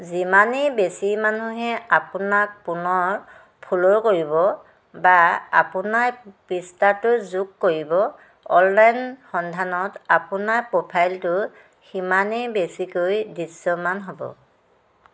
যিমানেই বেছি মানুহে আপোনাক পুনৰ 'ফ'ল' কৰিব বা আপোনাৰ পৃষ্ঠাটো 'যোগ' কৰিব অনলাইন সন্ধানত আপোনাৰ প্ৰ'ফাইলটো সিমানেই বেছিকৈ দৃশ্য়মান হ'ব